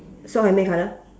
sock hai me colour